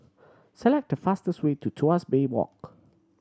select the fastest way to Tuas Bay Walk